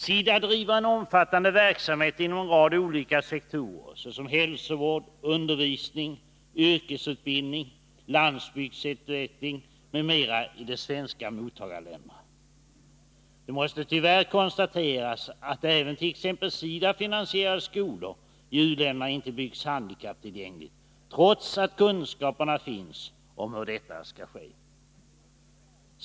SIDA driver en omfattande verksamhet inom en rad olika sektorer såsom hälsovård, undervisning, yrkesutbildning och landsbygdsutveckling i de svenska mottagarländerna. Det måste tyvärr konstateras att även t.ex. SIDA-finansierade skolor i u-länderna inte byggs handikapptillgängliga, trots att kunskaperna finns om hur detta skall ske.